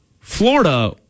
Florida